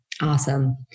Awesome